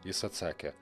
jis atsakė